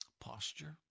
posture